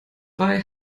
weil